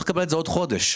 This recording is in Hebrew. חודש",